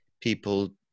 people